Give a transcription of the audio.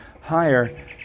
higher